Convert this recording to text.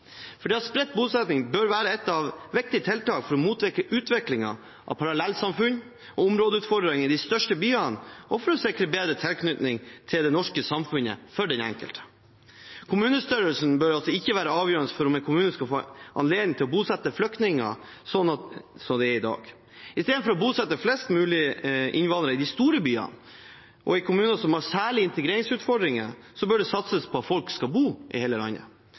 Spredt bosetting bør være et viktig tiltak for å motvirke utvikling av parallellsamfunn og områdeutfordringer i de største byene og for å sikre bedre tilknytning til det norske samfunnet for den enkelte. Kommunestørrelse bør ikke være avgjørende for om en kommune skal få anledning til å bosette flyktninger, slik det er i dag. I stedet for å bosette flest mulig innvandrere i de store byene og i kommuner som har særlige integreringsutfordringer, bør det satses på at folk skal bo i hele landet.